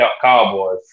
Cowboys